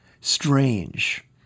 Strange